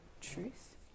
truth